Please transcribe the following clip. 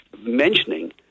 mentioning